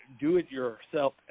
do-it-yourself